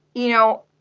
you know,